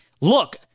look